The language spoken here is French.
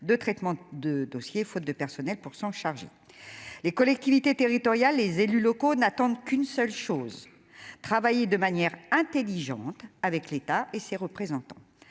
de traitement de dossiers, faute de personnel pour s'en charger les collectivités territoriales, les élus locaux n'attendent qu'une seule chose : travailler de manière intelligente avec l'État et ses représentants,